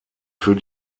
für